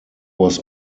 was